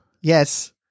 Yes